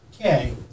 Okay